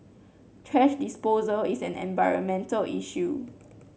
thrash disposal is an environmental issue